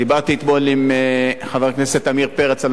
דיברתי אתמול עם חבר הכנסת עמיר פרץ על